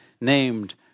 named